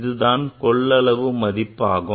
இதுதான் கொள்ளளவு மதிப்பு ஆகும்